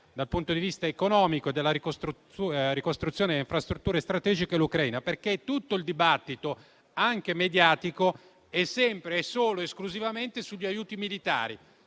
dal punto di vista economico e della ricostruzione delle infrastrutture strategiche, l'Ucraina, perché tutto il dibattito, anche mediatico, è sempre ed esclusivamente sugli aiuti militari,